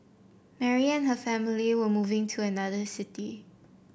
Mary and her family were moving to another city